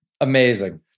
Amazing